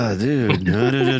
dude